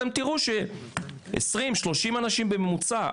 תראו שעשרים, שלושים אנשים בממוצע.